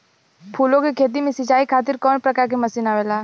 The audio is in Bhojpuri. फूलो के खेती में सीचाई खातीर कवन प्रकार के मशीन आवेला?